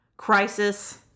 Crisis